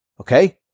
Okay